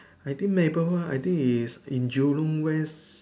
I think neighbourhood ah I think is in Jurong west